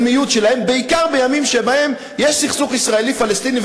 בעיקר בימים שבהם יש סכסוך ישראלי פלסטיני,